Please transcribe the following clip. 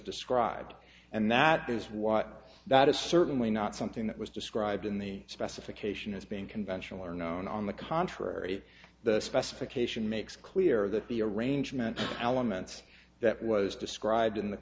described and that is what that is certainly not something that was described in the specification as being conventional or known on the contrary the specification makes clear that the arrangement element that was described in the